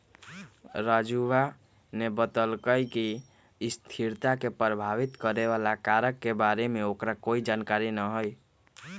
राजूवा ने बतल कई कि स्थिरता के प्रभावित करे वाला कारक के बारे में ओकरा कोई जानकारी ना हई